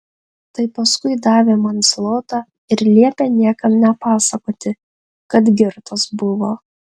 tai paskui davė man zlotą ir liepė niekam nepasakoti kad girtas buvo